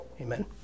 Amen